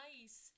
nice